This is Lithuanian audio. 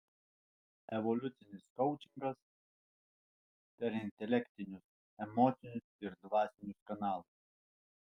evoliucinis koučingas per intelektinius emocinius ir dvasinius kanalus